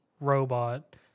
robot